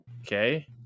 okay